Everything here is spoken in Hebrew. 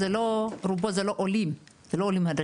ברובו זה לא עולים חדשים.